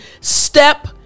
step